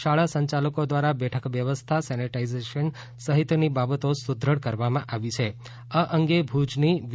શાળા સંચાલકો દ્વારા બેઠક વ્યવસ્થા સેનેટાઈઝેસન સહિતની બાબતો સુદ્રઢ કરવામાં આવી છે આ અંગે ભુજની વી